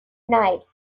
night